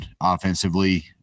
offensively